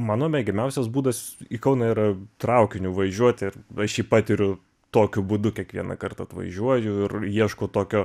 mano mėgiamiausias būdas į kauną yra traukiniu važiuoti ir aš jį patiriu tokiu būdu kiekvieną kartą atvažiuoju ir ieškau tokio